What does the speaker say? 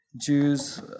Jews